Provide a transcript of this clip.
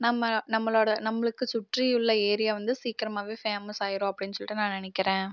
நம்ம நம்மளோட நம்மளுக்கு சுற்றி உள்ள ஏரியா வந்து சீக்கிரமாகவே ஃபேமஸ் ஆயிடும் அப்படின் சொல்லிட்டு நான் நினக்கிறேன்